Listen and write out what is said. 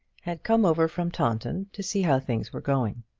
had come over from taunton to see how things were going.